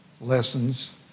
lessons